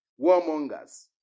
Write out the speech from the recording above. warmongers